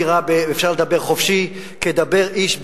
ואפשר לדבר חופשי כדבר איש,